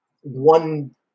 one –